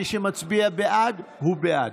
מי שמצביע בעד הוא בעד.